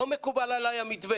לא מקובל עלי המתווה.